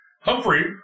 Humphrey